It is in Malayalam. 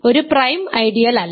ഒരു പ്രൈം ഐഡിയൽ അല്ല